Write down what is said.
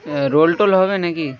role টোল হবে নাকি